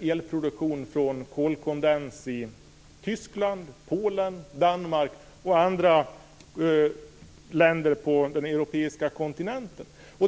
elproduktion från kolkondens i Tyskland, Polen, Danmark och andra länder på den europeiska kontinenten.